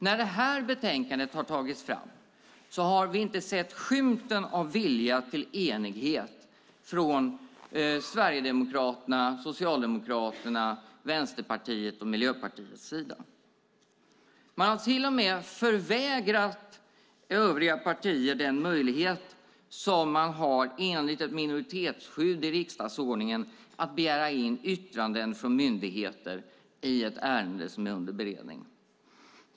När detta betänkande har tagits fram har vi inte sett skymten av vilja till enighet från Sverigedemokraternas, Socialdemokraternas, Vänsterpartiets och Miljöpartiets sida. De har till och med förvägrat övriga partier den möjlighet som man har enligt ett minoritetsskydd i riksdagsordningen att begära in yttranden från myndigheter i ett ärende som är under beredning.